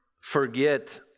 forget